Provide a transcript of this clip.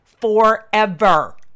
forever